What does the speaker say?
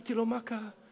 אמרתי לו: מה קרה?